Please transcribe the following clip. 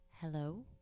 hello